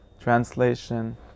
translation